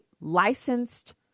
licensed